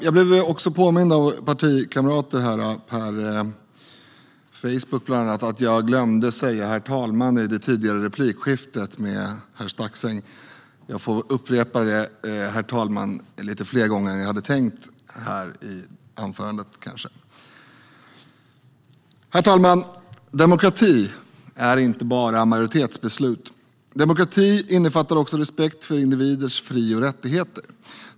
Jag blev också påmind av partikamrater, bland annat per Facebook, att jag glömde säga "herr talman" i replikskiftet med herr Staxäng i den tidigare debatten. Jag får kanske upprepa "herr talman" lite fler gånger än jag hade tänkt i anförandet. Herr talman! Demokrati är inte bara majoritetsbeslut. Demokrati innefattar också respekt för individers fri och rättigheter.